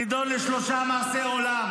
שנידון לשלושה מאסרי עולם?